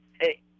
Hey